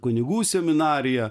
kunigų seminarija